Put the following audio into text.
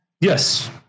yes